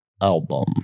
album